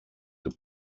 του